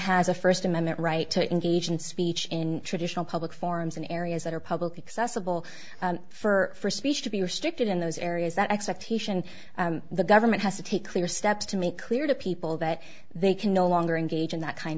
has a first amendment right to engage in speech in traditional public forums in areas that are public access a bill for speech to be restricted in those areas that expectation the government has to take clear steps to make clear to people that they can no longer engage in that kind